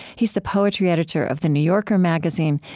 he's the poetry editor of the new yorker magazine,